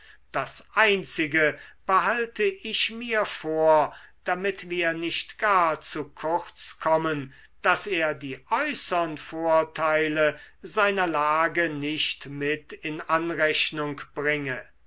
das einzige behalte ich mir vor damit wir nicht gar zu kurz kommen daß er die äußern vorteile seiner lage nicht mit in anrechnung bringe